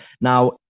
Now